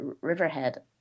Riverhead